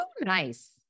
nice